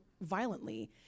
violently